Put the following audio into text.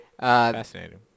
Fascinating